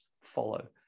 follow